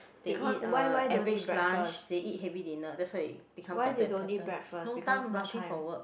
they eat uh average lunch they eat heavy dinner that's why become fatter and fatter no time rushing for work